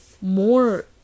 more